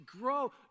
grow